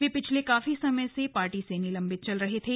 वह पिछले काफी समय से पार्टी से निलंबित चल रहे थे